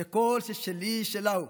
שכל ששלי, שלה הוא.